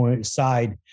side